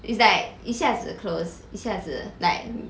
it's like 一下子 close 一下子 like